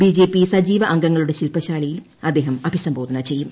BJP സജീവ അംഗങ്ങളുടെ ശില്പശാലയിലും അദ്ദേഹം അഭിസംബോധന ചെയ്യും